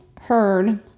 heard